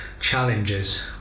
challenges